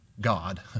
God